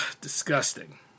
disgusting